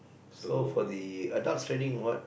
so for the adults training what